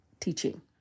teaching